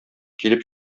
килеп